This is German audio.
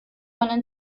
man